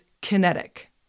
kinetic